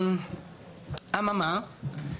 אמה מה,